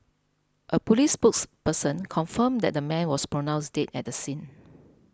a police spokesperson confirmed that the man was pronounced dead at the scene